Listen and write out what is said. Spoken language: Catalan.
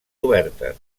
obertes